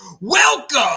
Welcome